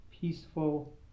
peaceful